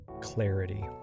clarity